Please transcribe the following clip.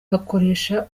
bakoresha